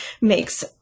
makes